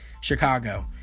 Chicago